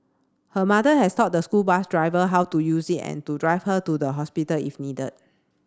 her mother has taught the school bus driver how to use it and drive her to the hospital if needed